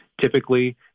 Typically